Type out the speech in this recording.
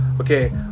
okay